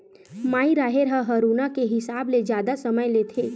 माई राहेर ह हरूना के हिसाब ले जादा समय लेथे